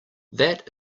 that